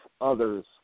others